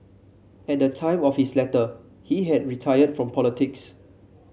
at the time of his letter he had retired from politics